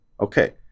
Okay